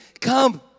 come